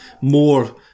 more